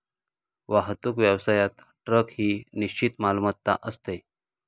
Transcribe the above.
वाहतूक व्यवसायात ट्रक ही निश्चित मालमत्ता असते